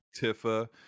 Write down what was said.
Tifa